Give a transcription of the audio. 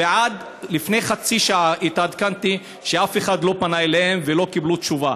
ועד לפני חצי שעה התעדכנתי שאף אחד לא פנה אליהם ולא קיבלו תשובה.